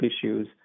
issues